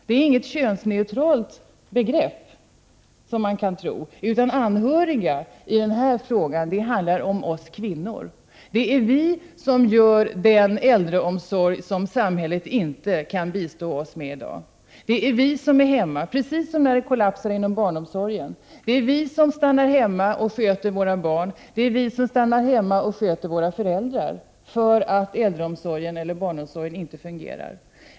Det rör sig inte om något könsneutralt begrepp, som man kunde tro, utan anhöriga i det här fallet handlar om oss kvinnor. Det är vi som svarar för den äldreomsorg som samhället inte kan bistå med i dag, det är vi som är hemma, precis som när det kollapsar inom barnomsorgen. Det är vi som stannar hemma och sköter våra barn och det är vi som stannar hemma och sköter våra föräldrar, därför att äldreomsorgen och barnomsorgen inte fungerar.